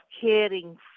caring